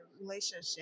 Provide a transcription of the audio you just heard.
relationship